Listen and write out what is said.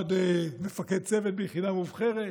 אחד מפקד צוות ביחידה מובחרת.